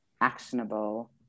actionable